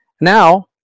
Now